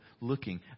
looking